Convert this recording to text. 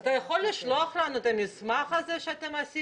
אתה יכול לשלוח אלינו את המסמך הזה שהכנתם